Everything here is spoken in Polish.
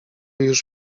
już